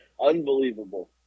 Unbelievable